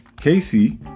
Casey